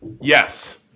Yes